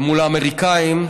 מול האמריקנים.